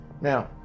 now